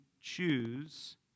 choose